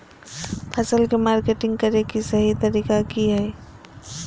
फसल के मार्केटिंग करें कि सही तरीका की हय?